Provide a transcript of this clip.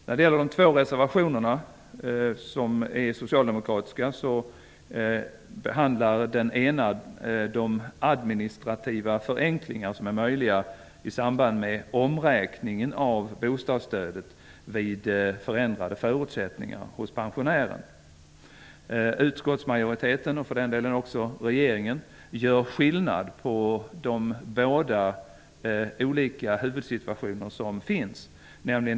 Av de två socialdemokratiska reservationerna behandlar den ena de administrativa förenklingar som är möjliga i samband med omräkningen av bostadsstödet vid förändrade förutsättningar hos pensionären. Utskottsmajoriteten och för den delen också regeringen gör skillnad på de båda huvudsituationer som finns.